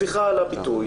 סליחה על הביטוי,